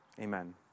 amen